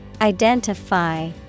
Identify